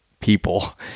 people